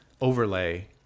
overlay